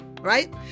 right